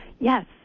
Yes